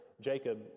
Jacob